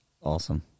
awesome